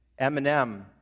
Eminem